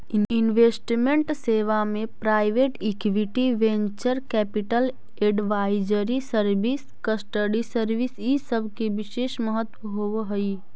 investment सेवा में private equity, venture capital, advisory service, custody service इ सब के विशेष महत्व होवऽ हई